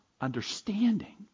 understanding